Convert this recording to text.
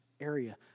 area